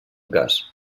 cas